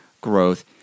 growth